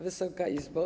Wysoka Izbo!